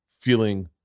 feeling